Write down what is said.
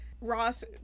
Ross